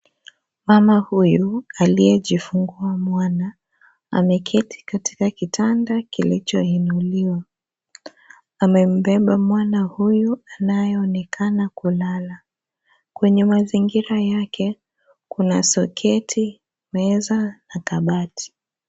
Mama huyu aliyejifungua mwana. Ameketi katika kitanda kilicho inuliwa, amembeba mwana huyu, anayeonekana kulala. Kwenye mazingira yake, kuna soketi, meza na kabati.